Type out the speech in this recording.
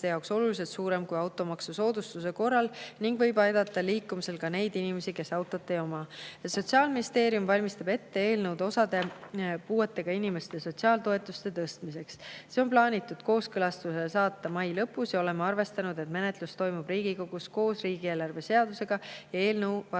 suur, oluliselt suurem kui automaksu soodustuse korral. See [lahendus] võib liikumisel aidata ka neid inimesi, kes autot ei oma. Sotsiaalministeerium valmistab ette eelnõu osa puuetega inimeste sotsiaaltoetuste tõstmiseks. See on plaanis kooskõlastusele saata mai lõpus ja oleme arvestanud, et menetlus toimub Riigikogus koos riigieelarve seadusega. Eelnõu võetakse